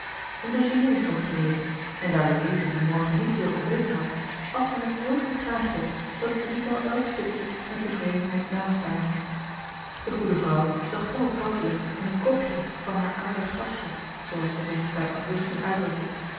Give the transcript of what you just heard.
een dejeuner stond gereed en daar louise dien morgen niet veel ontbeten had at zij met zulk eene graagte dat het drietal elk stukje met tevredenheid nastaarde de goede vrouw zag onophoudelijk in het kopje van haar aardig gastje zoo als zij zich bij afwisseling uitdrukte